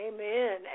amen